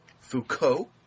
Foucault